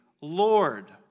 Lord